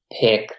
pick